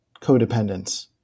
codependence